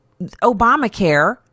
Obamacare